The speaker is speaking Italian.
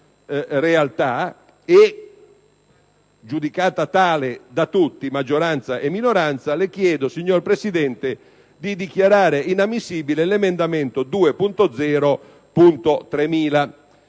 realtà, giudicata tale da tutti, maggioranza e minoranza, le chiedo, signor Presidente, di dichiarare inammissibile l'emendamento 2.0.3000.